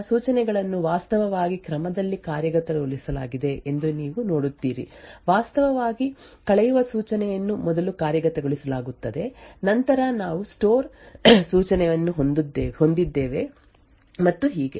ಆದ್ದರಿಂದ ಸೂಚನೆಗಳನ್ನು ವಾಸ್ತವವಾಗಿ ಕ್ರಮದಲ್ಲಿ ಕಾರ್ಯಗತಗೊಳಿಸಲಾಗಿದೆ ಎಂದು ನೀವು ನೋಡುತ್ತೀರಿ ವಾಸ್ತವವಾಗಿ ಕಳೆಯುವ ಸೂಚನೆಯನ್ನು ಮೊದಲು ಕಾರ್ಯಗತಗೊಳಿಸಲಾಗುತ್ತದೆ ನಂತರ ನಾವು ಸ್ಟೋರ್ ಸೂಚನೆಯನ್ನು ಹೊಂದಿದ್ದೇವೆ ಮತ್ತು ಹೀಗೆ